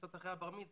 קצת אחרי בר המצווה,